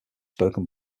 spoken